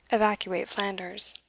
evacuate flanders.